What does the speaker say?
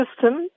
system